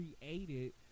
created